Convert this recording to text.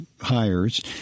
hires